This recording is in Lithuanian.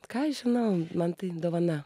ką aš žinau man tai dovana